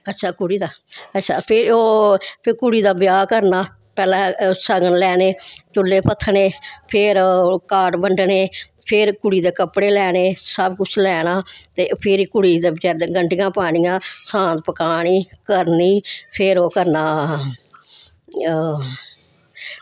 अच्छा कुड़ी दा अच्छा फिर ओह् फिर कुड़ी दा ब्याह् करना पैह्लें सगन लैने चुल्हे पत्थने फिर ओह् कार्ड बंडने फिर कुड़ी दे कपड़े लैने सबकिश लैना ते फिर कुड़ी दे बचैरी दे गंढ़ियां पानियां सांत पकानी ते करनी ते फिर ओह् करना